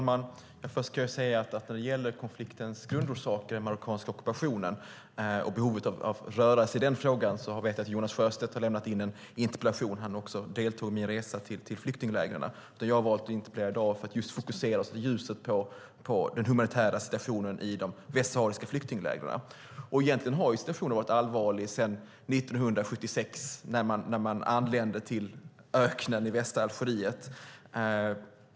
Herr talman! När det gäller konfliktens grundorsaker, det vill säga den marockanska ockupationen, vet jag att Jonas Sjöstedt har väckt en interpellation. Han deltog också i resan till flyktinglägren. Jag har valt att i min interpellation i dag fokusera ljuset på den humanitära situationen i de västsahariska flyktinglägren. Egentligen har situationen varit allvarlig sedan 1976 när flyktingarna anlände till öknen i västra Algeriet.